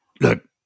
look